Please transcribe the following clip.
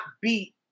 beat